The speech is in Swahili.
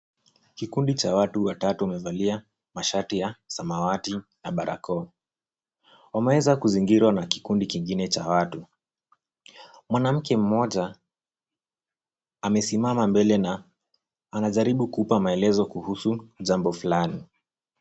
Kikundi cha watu watatu wamevalia mashati ya samawati na barakoa. Wameweza kuzingirwa na kikundi kingine cha watu. Mwanamke mmoja amesimama mbele na anajaribu kupa maelezo kuhusu jambo fulani.